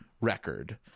record